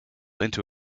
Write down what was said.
into